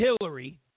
Hillary